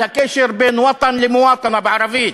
על הקשר בין "ווטן" ל"מוואטנה" בערבית.